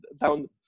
down